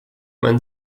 man